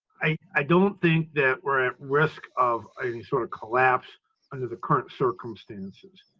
i don't think that we're at risk of any sort of collapse under the current circumstances.